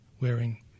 wearing